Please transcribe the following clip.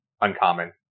uncommon